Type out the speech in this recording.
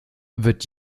wird